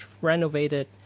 renovated